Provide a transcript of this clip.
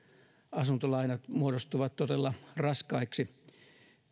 asuntolainat muodostuvat todella raskaiksi